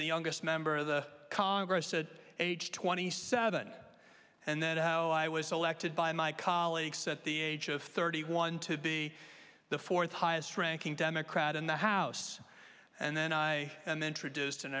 the youngest member of the congress to age twenty seven and then how i was selected by my colleagues at the age of thirty one to be the fourth highest ranking democrat in the house and then i and then traduced and